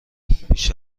بیش